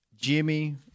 Jimmy